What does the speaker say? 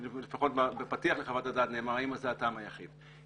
לפחות בפתיח לחוות הדעת נאמר האם זה הטעם היחיד.